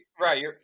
right